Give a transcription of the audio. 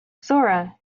zora